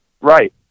right